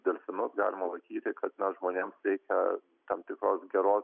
delfinus galima laikyti kad na žmonėms reikia tam tikros geros